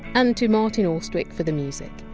and to martin austwick for the music.